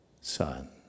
son